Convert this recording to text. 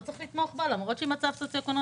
לא צריך לתמוך בה למרות שהיא במצב סוציו-אקונומי